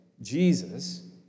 Jesus